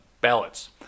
ballots